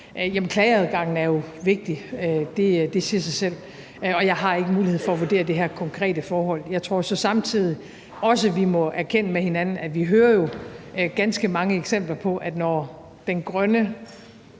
Klageadgangen er vigtig, det siger sig selv, og jeg har ikke mulighed for at vurdere det her konkrete forhold. Jeg tror så samtidig også, at vi må erkende med hinanden, at vi jo hører ganske mange eksempler på, at når den grønne